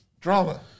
Drama